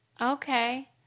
Okay